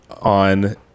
on